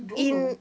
don't know